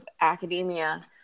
academia